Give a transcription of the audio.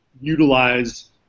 utilize